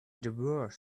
divorce